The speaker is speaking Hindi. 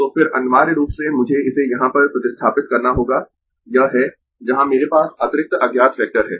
तो फिर अनिवार्य रूप से मुझे इसे यहाँ पर प्रतिस्थापित करना होगा यह है जहाँ मेरे पास अतिरिक्त अज्ञात वेक्टर है